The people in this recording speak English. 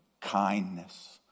Kindness